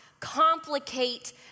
complicate